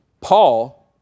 Paul